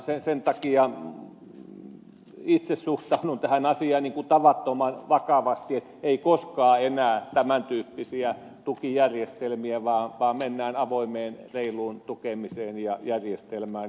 sen takia itse suhtaudun tähän asiaan tavattoman vakavasti että ei koskaan enää tämän tyyppisiä tukijärjestelmiä vaan mennään avoimeen reiluun tukemiseen ja järjestelmään